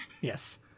Yes